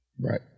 Right